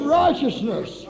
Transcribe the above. righteousness